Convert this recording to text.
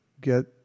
get